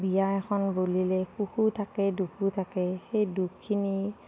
বিয়া এখন বুলিলে সুখো থাকে দুখো থাকে সেই দুখখিনি